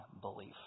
belief